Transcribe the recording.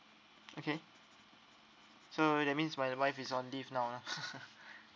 okay so that means my wife is on leave now lah